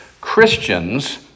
Christians